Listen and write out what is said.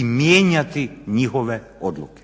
i mijenjati njihove odluke.